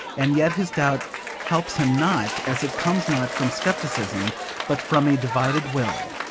and yet his doubt helps him not, as it comes not from scepticism but from a divided will.